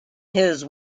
his